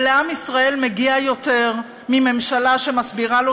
לעם ישראל מגיע יותר מממשלה שמסבירה לו